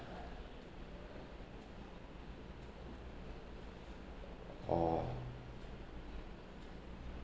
or